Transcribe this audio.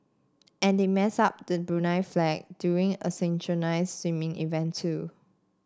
and they messed up the Brunei flag during a synchronised swimming event too